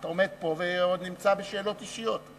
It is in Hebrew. אתה עומד פה ונמצא בשאלות אישיות.